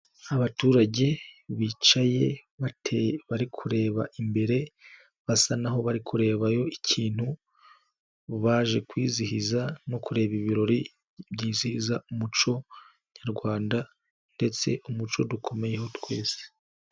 Abaturage bicaye bate bari kureba imbere, basa n'aho bari kureba yo ikintu, baje kwizihiza no kureba ibirori byizihiza umuco nyarwanda ndetse umuco dukomeye twese.